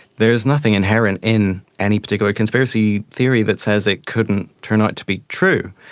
there's nothing inherent in any particular conspiracy theory that says it couldn't turn out to be true.